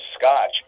scotch